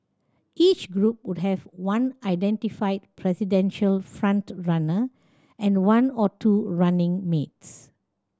each group would have one identified presidential front runner and one or two running mates